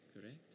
correct